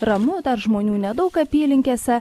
ramu dar žmonių nedaug apylinkėse